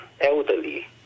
elderly